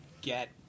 get